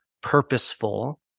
purposeful